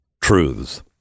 truths